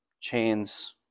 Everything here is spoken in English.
chains